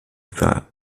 für